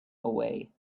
away